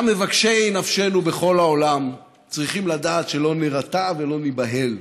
גם מבקשי נפשנו בכל העולם צריכים לדעת שלא נירתע ולא ניבהל.